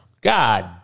God